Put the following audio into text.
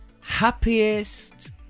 happiest